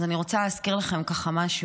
אני רוצה להזכיר לכם משהו.